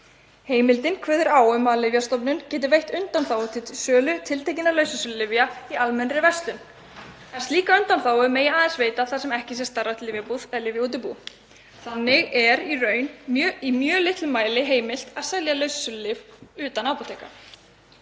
Heimildin kveður á um að Lyfjastofnun geti veitt undanþágu til sölu tiltekinna lausasölulyfja í almennri verslun en slíka undanþágu megi aðeins veita þar sem ekki sé starfrækt lyfjabúð eða lyfjaútibú. Þannig er í raun í mjög litlum mæli heimilt að selja lausasölulyf utan apóteka.